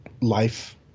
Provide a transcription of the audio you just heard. life